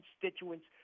constituents